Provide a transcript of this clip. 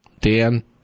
Dan